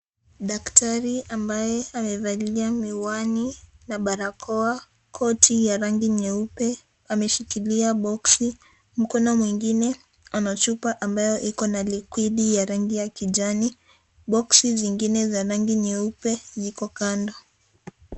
Daktari ambaye amevalia miwani na barakoa koti ya rangi nyeupe ameshikilia boxi , mkono mwingine ana chupa ambayo iko na liquidi ya rangi ya kijani, boxi zingine za rangi nyeupe ziko kando.